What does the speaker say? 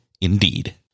Indeed